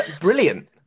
brilliant